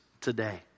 today